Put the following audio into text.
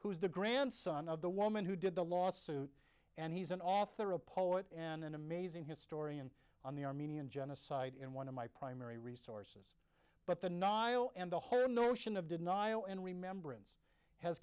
who's the grandson of the woman who did the lawsuit and he's an author a poet and an amazing historian on the armenian genocide and one of my primary resort but the novel and the whole notion of denial and remembrance has